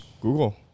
google